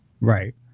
Right